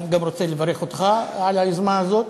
אני גם רוצה לברך אותך על היוזמה הזאת,